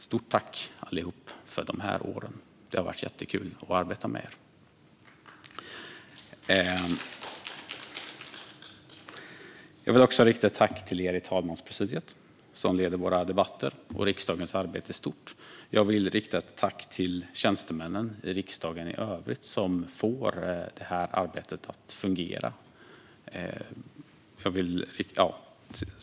Stort tack, allihop, för de här åren! Det har varit jättekul att arbeta med er. Jag vill också rikta ett tack till er i talmanspresidiet, som leder både våra debatter och riksdagens arbete i stort. Jag vill tacka tjänstemännen i riksdagen i övrigt, som får detta arbete att fungera.